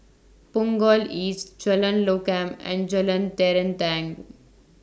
Punggol East Jalan Lokam and Jalan Terentang